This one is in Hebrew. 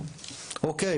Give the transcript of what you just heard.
אוקיי,